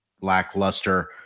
lackluster